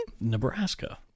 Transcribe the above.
Nebraska